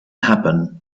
happen